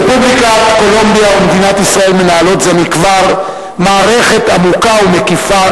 רפובליקת קולומביה ומדינת ישראל מנהלות זה מכבר מערכת עמוקה ומקיפה